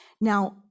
Now